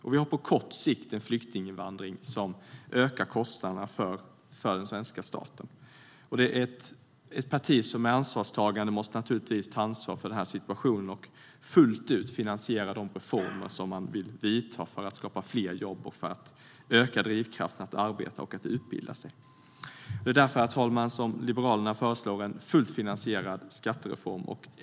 Vi har också på kort sikt en flyktinginvandring som ökar kostnaderna för den svenska staten. Ett ansvarstagande parti måste naturligtvis ta ansvar för den här situationen och fullt ut finansiera de reformer man vill vidta för att skapa fler jobb och för att öka drivkraften att arbeta och utbilda sig. Det är därför, herr talman, som Liberalerna föreslår en fullt finansierad skattereform.